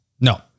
No